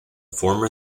former